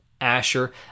Asher